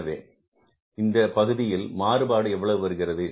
எனவே இந்தப் பகுதியில் மாறுபாடு என்பது எவ்வளவு வருகிறது